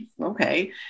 okay